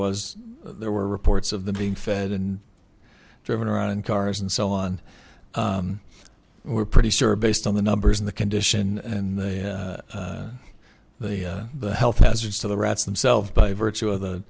was there were reports of them being fed and driven around in cars and so on we're pretty sure based on the numbers in the condition and the the the health hazards to the rats themselves by virtue of the